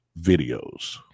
videos